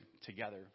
together